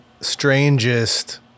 strangest